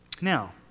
Now